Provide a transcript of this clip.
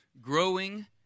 growing